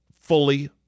fully